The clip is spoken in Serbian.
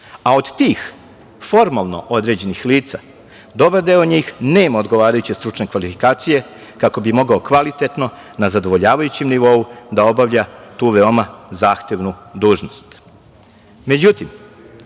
a od tih formalno određenih lica, dobar deo njih nema odgovarajuće stručne kvalifikacije kako bi mogao kvalitetno na zadovoljavajućem nivou da obavlja tu veoma zahtevnu dužnost.Međutim,